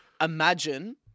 Imagine